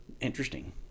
Interesting